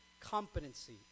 competency